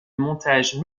montage